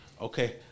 Okay